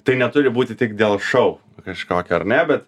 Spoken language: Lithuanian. tai neturi būti tik dėl šou kažkokio ar ne bet